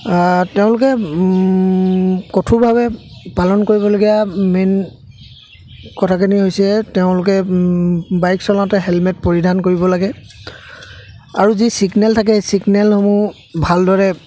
তেওঁলোকে কঠোৰভাৱে পালন কৰিবলগীয়া মেইন কথাখিনি হৈছে তেওঁলোকে বাইক চলাওঁতে হেলমেট পৰিধান কৰিব লাগে আৰু যি ছিগনেল থাকে ছিগনেলসমূহ ভালদৰে